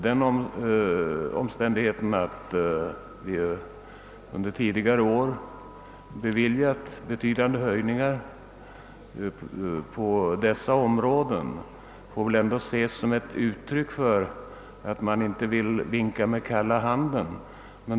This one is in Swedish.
Den omständigheten att vi under tidigare år beviljat betydande höjningar på dessa områden får väl ändå ses som ett uttryck för att man inte vill vinka med kalla handen.